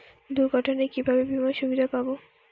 দুর্ঘটনায় কিভাবে বিমার সুবিধা পাব?